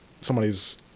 somebody's